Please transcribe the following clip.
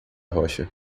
rocha